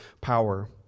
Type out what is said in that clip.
power